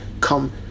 come